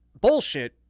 bullshit